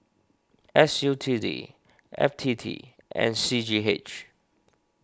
S U T D F T T and C G H